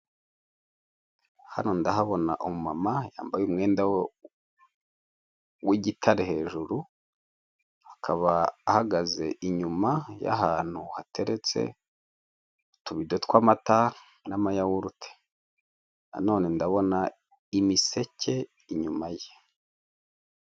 Hano ndahabona umumama yambaye umwenda wo w'igitare hejuru, akaba ahagaze inyuma y'ahantu hateretse utubido tw'amata n'amayawurute, nanone ndabona imiseke inyuma ye.